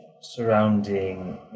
surrounding